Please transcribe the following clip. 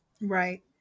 Right